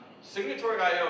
Signatory.io